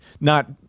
not-